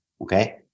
okay